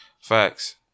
Facts